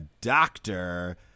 doctor